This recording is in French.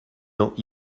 dents